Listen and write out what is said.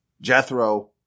Jethro